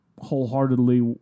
wholeheartedly